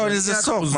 אין לזה סוף.